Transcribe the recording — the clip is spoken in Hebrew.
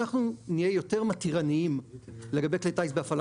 שאנחנו נהיה יותר מתירנים לגבי כלי טיס בהפעלה